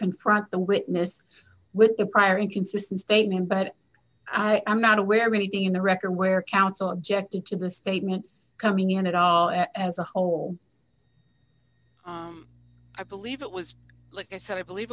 confront the witness with the prior inconsistent statement but i am not aware of anything in the record where counsel objected to the statement coming in at all as a whole i believe it was like i said i believe